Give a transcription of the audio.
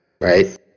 right